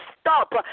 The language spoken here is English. stop